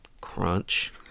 Crunch